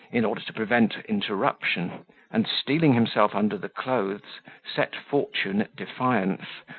in order to prevent interruption and, stealing himself under the clothes, set fortune at defiance,